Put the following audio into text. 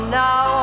now